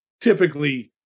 typically